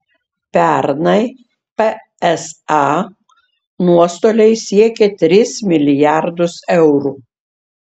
pernai psa nuostoliai siekė tris milijardus eurų